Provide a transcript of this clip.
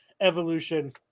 Evolution